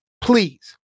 please